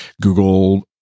Google